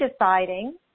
deciding